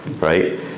right